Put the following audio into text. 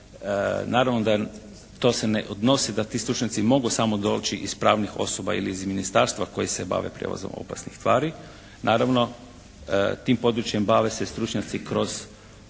Naravno da to se ne odnosi da ti stručnjaci mogu samo doći iz pravnih osoba ili iz ministarstva koji se bave prijevozom opasnih tvari. Naravno, tim područjem bave se stručnjaci kroz